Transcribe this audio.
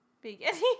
beginning